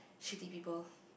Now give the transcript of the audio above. shitty people